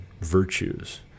virtues